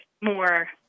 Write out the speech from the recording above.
more